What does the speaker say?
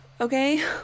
Okay